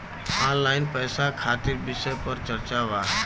Online पैसा खातिर विषय पर चर्चा वा?